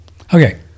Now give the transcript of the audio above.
Okay